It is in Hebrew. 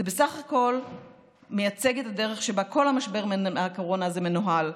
בסך הכול מייצג את הדרך שבה כל משבר הקורונה הזה מנוהל,